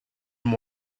and